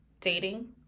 dating